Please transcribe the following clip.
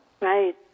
Right